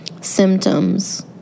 symptoms